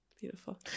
Beautiful